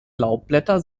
laubblätter